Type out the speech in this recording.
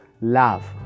Love